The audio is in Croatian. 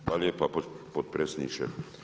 Hvala lijepa potpredsjedniče.